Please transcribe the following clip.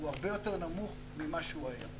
הוא הרבה יותר נמוך ממה שהוא היה.